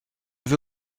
vais